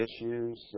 issues